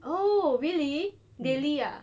oh really daily ah